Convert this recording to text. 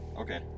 Okay